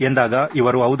ಎಂದಾಗ ಇವರು ಹೌದು